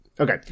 Okay